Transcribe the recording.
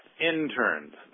interns